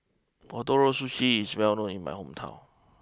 Ootoro Sushi is well known in my hometown